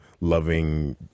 loving